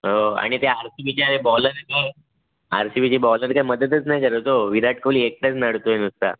हो आणि ते आर सी बीचे बॉलर आहे ते आर सी बीचे बॉलर काय मदतच नाही करत हो विराट कोहली एकटाच नडतोय नुसता